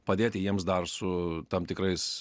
padėti jiems dar su tam tikrais